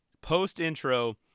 Post-intro